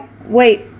wait